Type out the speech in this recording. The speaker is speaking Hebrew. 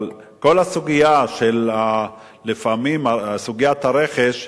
אבל כל הסוגיה, סוגיית הרכש,